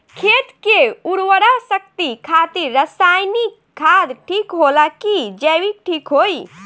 खेत के उरवरा शक्ति खातिर रसायानिक खाद ठीक होला कि जैविक़ ठीक होई?